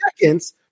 seconds